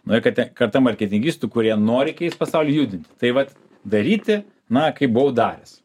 nauja katė karta marketingistų kurie nori keist pasaulį judinti tai vat daryti na kaip buvau daręs